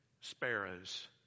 sparrows